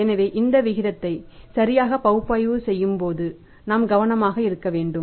எனவே இந்த விகிதத்தை சரியாக பகுப்பாய்வு செய்யும் போது நாம் கவனமாக இருக்க வேண்டும்